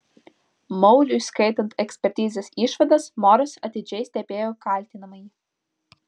mauliui skaitant ekspertizės išvadas moras atidžiai stebėjo kaltinamąjį